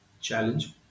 challenge